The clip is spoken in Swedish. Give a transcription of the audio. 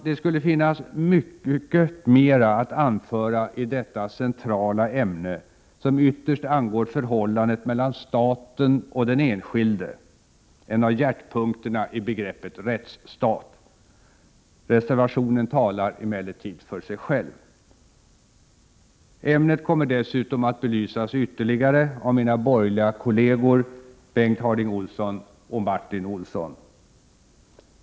Det finns mycket mera att anföra i detta centrala ämne, som ytterst angår förhållandet mellan staten och den enskilde — en av hjärtpunkterna i begreppet rättsstat. Reservationen talar emellertid för sig själv. Ämnet kommer dessutom att belysas ytterligare av mina borgerliga kolleger Bengt Harding Olson och Martin Olsson.